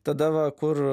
tada va kur